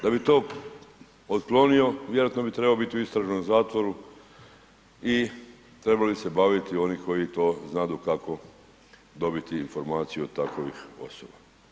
Da bi to otklonio vjerojatno bi trebao biti u istražnom zatvoru i trebali bi se baviti oni koji to znadu kako to dobiti informaciju od takovih osoba.